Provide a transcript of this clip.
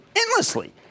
endlessly